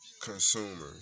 consumer